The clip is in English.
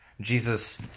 Jesus